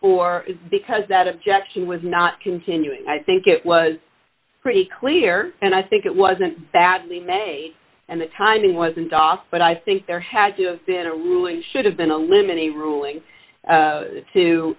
it because that objection was not continuing i think it was pretty clear and i think it wasn't badly made and the timing wasn't off but i think there had to have been a ruling should have been a limb and a ruling